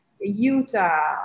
Utah